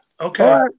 Okay